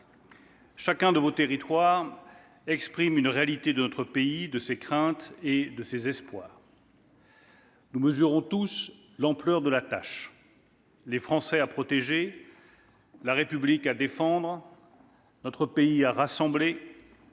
Chacun de vos territoires exprime une réalité de notre pays, de ses craintes et de ses espoirs. « Nous mesurons tous l'ampleur de la tâche : les Français à protéger, la République à défendre, notre pays à rassembler,